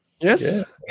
Yes